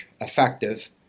effective